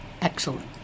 Excellent